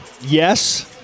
Yes